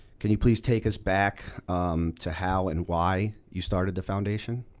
can you please take us back to how and why you started the foundation?